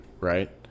Right